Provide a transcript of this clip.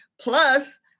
Plus